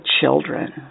children